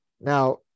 Now